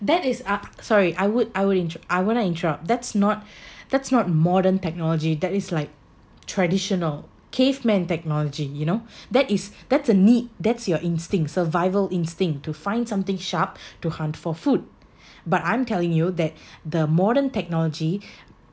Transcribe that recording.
that is up sorry I would I would interr~ I want to interrupt that's not that's not modern technology that is like traditional caveman technology you know that is that's a need that's your instinct survival instinct to find something sharp to hunt for food but I'm telling you that the modern technology